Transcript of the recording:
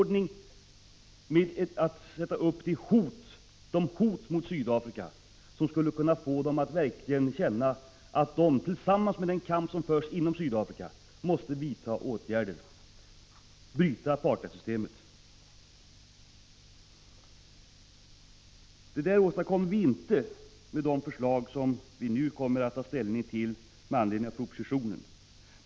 Det fordras samordnade insatser för att öka pressen och skärpa hotet mot Sydafrika på ett sätt som, tillsammans med den kamp som förs inom Sydafrika, skall kunna få den sydafrikanska regimen att verkligen känna att den måste överge apartheidsystemet, avskaffa apartheid. Detta åstadkommer vi inte med förslagen i propositionen.